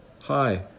Hi